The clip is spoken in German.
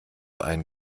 einen